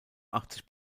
achtzig